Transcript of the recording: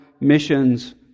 missions